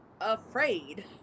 Afraid